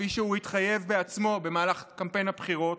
כפי שהוא התחייב בעצמו במהלך קמפיין הבחירות,